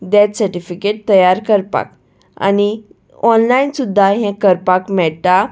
death certificate तयार करपाक आनी ऑनलायन सुद्दां हें करपाक मेळटा